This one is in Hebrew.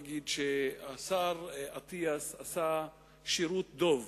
אגיד שהשר אטיאס עשה שירות דוב